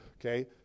Okay